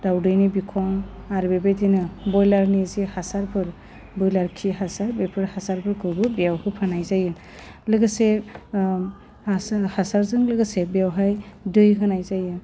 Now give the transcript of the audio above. दाउदैनि बिखं आरो बेबायदिनो बयलारनि जे हासारफोर बयलार खि हासार बेफोर हासारफोरखौबो बेयाव होफानाय जायो लोगोसे ओह हासान हासारजों लोगोसे बेवहाय दै होनाय जायो